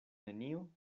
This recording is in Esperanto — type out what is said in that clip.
nenio